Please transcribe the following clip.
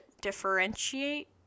differentiate